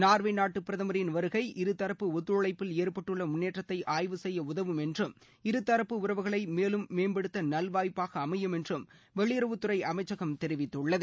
Norway நாட்டுப் பிரதமின் வருகை இருதரப்பு ஒத்துழைப்பில் ஏற்பட்டுள்ள முன்னேற்றத்தை ஆய்வு செய்ய உதவும் என்றும் இருதரப்பு உறவுகளை மேலும் மேம்படுத்த நல்வாய்ப்பாக அமையும் என்றும் வெளியுறவுத்துறை அமைச்சகம் தெரிவித்துள்ளது